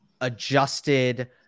adjusted